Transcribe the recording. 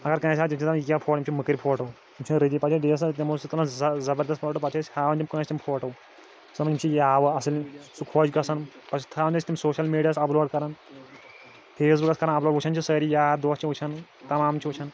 اَگر کٲنٛسہِ ہاووٗ تِم چھِ دپان یہِ کیٛاہ فوٗن یِم چھِ مٕکٕرۍ فوٗٹو یِم چھِنہٕ رٕتی پَتہٕ ڈی ایٚس آر تِمو سۭتۍ تُلَان زَبَردَست فوٗٹو پَتہٕ چھِ أسۍ ہاوان تِم کٲنٛسہِ تِم فوٹو دپان یِم چھِ یاوٕ اصٕل سُہ خۄش گژھان پَتہٕ چھِ تھاوان أسۍ تِم سوشَل میٖڈیاہَس اَپلوڈ کَران فیس بُکَس کَران اَپلوڈ وُچھان چھِ سٲری یار دوٗس چھِ وُچھان تَمام چھِ وُچھان